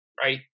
right